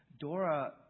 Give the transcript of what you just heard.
Dora